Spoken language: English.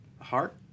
heart